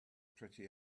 pretty